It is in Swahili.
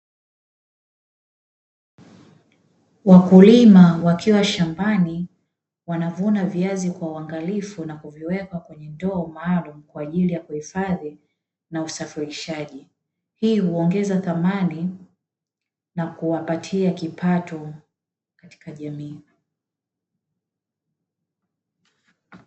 Wakulima wakiwa shambani wanavuna viazi kwa uangalifu na kuziweka kwenye ndoo maalumu kwa ajili ya kuhifadhi na usafirishaji, hii huongeza thamani na kuwapata kipato katika jamii